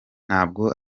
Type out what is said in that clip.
ntabwo